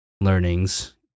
Learnings